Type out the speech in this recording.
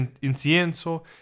incienso